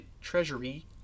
Treasury